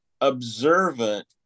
observant